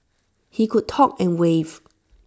he could talk and wave